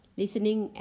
listening